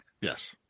Yes